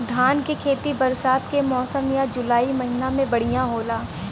धान के खेती बरसात के मौसम या जुलाई महीना में बढ़ियां होला?